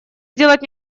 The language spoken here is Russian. сделать